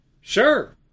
Sure